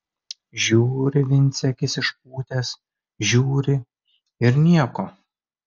žiūri vincė akis išpūtęs žiūri ir nieko